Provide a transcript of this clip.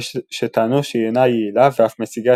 ויש שטענו שהיא אינה יעילה ואף משיגה